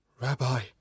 Rabbi